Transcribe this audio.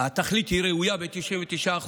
התכלית ראויה ב-99%.